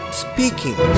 speaking